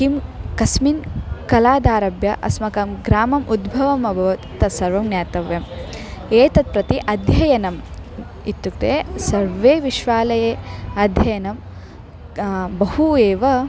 किं कस्मिन् कालादारभ्य अस्माकं ग्रामम् उद्भवम् अभवत् तत्सर्वं ज्ञातव्यम् एतत् प्रति अध्ययनम् इत्युक्ते सर्वे विश्वालये अध्ययनं बहु एव